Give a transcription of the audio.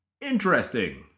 interesting